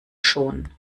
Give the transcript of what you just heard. schon